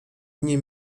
nie